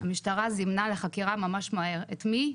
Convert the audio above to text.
המשטרה זימנה לחקירה ממש מהר, את מי?